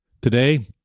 Today